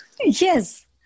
Yes